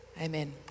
Amen